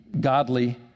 godly